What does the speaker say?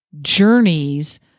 journeys